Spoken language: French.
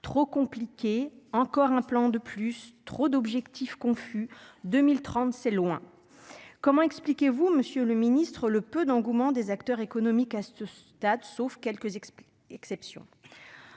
trop compliqué »,« encore un plan de plus »,« trop d'objectifs confus, « 2030, c'est loin »... Comment expliquez-vous, monsieur le ministre, le peu d'engouement des acteurs économiques, à quelques exceptions